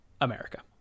America